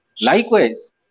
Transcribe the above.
Likewise